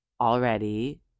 already